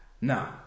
now